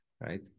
right